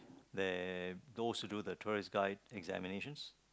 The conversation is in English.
they're supposed to do the tourist guide examinations